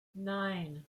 nine